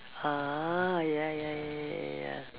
ah ya ya ya ya ya ya ya ya